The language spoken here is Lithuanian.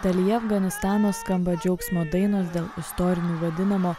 dalyje afganistano skamba džiaugsmo dainos dėl istoriniu vadinamo